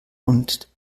und